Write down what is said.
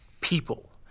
people